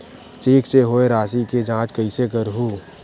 Cheque से होए राशि के जांच कइसे करहु?